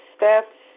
Steps